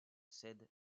cède